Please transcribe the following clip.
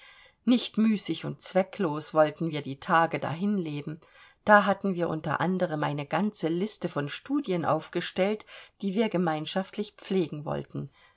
nicht müßig und zwecklos wollten wir die tage dahinleben da hatten wir unter anderem eine ganze liste von studien aufgestellt die wir gemeinschaftlich pflegen wollten